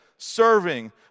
serving